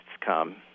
come